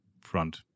front